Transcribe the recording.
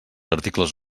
articles